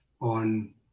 on